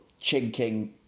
chinking